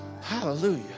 hallelujah